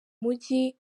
mujyi